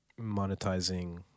monetizing